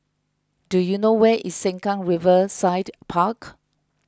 do you know where is Sengkang Riverside Park